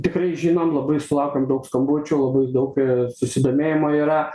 tikrai žinom labai sulaukėm daug skambučių labai daug susidomėjimo yra